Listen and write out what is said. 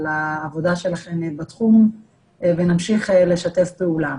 על העבודה שלכן בתחום ונמשיך לשתף פעולה.